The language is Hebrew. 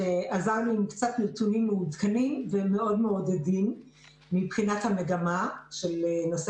שעזר לנו עם קצת נתונים מעודכנים והם מאוד מעודדים מבחינת המגמה של נושא